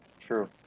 True